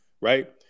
right